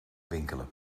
winkelen